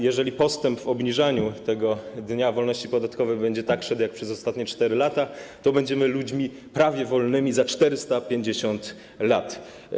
Jeżeli postęp w obniżaniu tego - mówię o Dniu Wolności Podatkowej - będzie szedł tak jak przez ostatnie 4 lata, to będziemy ludźmi prawie wolnymi za 450 lat.